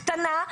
קטנה,